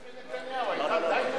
לפני שטייניץ ונתניהו היתה טייבה